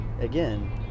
again